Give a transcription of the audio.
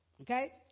Okay